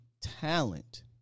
talent